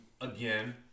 again